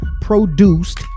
produced